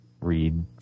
read